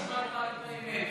מי שיקבע, שישמע את האמת.